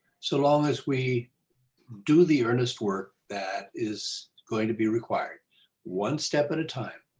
so long as we do the earnest work that is going to be required one step at a time.